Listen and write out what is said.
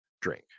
drink